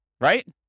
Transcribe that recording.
Right